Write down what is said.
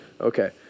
Okay